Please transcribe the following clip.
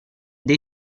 dei